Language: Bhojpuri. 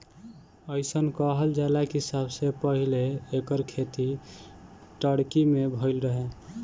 अइसन कहल जाला कि सबसे पहिले एकर खेती टर्की में भइल रहे